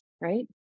right